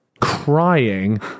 crying